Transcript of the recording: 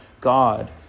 God